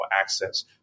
access